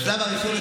ובשלב הראשון,